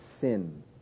sin